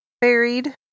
buried